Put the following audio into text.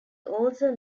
also